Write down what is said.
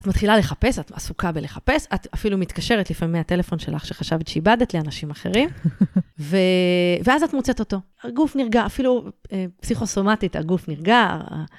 את מתחילה לחפש, את עסוקה בלחפש, את אפילו מתקשרת לפעמים מהטלפון שלך שחשבת שאיבדת לאנשים אחרים, ואז את מוצאת אותו. הגוף נרגע, אפילו פסיכוסומטית, הגוף נרגע.